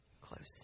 Close